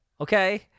Okay